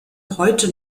heute